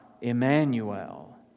Emmanuel